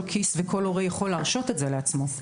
כיס וכל הורה יכול להרשות את זה לעצמו.